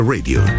Radio